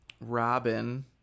Robin